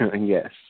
Yes